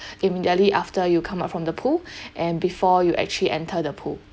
immediately after you come out from the pool and before you actually enter the pool